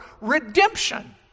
redemption